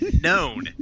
known